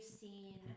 seen